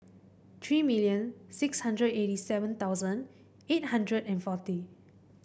three million six hundred eighty seven thousand eight hundred and forty